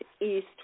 east